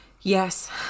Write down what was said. Yes